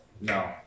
No